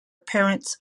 parents